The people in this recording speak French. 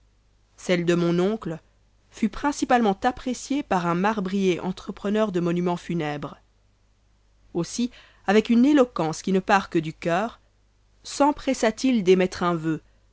celle de mon oncle fut principalement appréciée par un marbrier entrepreneur de monument funèbres aussi avec une éloquence qui ne part que du coeur sempressa t il d'émettre un voeu